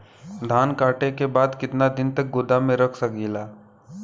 धान कांटेके बाद कितना दिन तक गोदाम में रख सकीला?